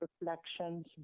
Reflections